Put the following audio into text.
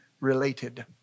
related